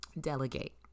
delegate